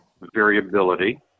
variability